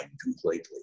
completely